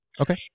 Okay